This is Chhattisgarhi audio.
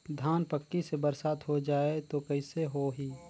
धान पक्की से बरसात हो जाय तो कइसे हो ही?